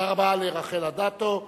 תודה רבה לרחל אדטו.